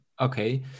okay